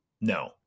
No